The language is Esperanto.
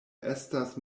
estas